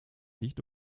nicht